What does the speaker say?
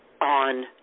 on